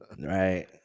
Right